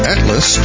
Atlas